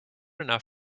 enough